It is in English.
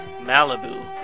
Malibu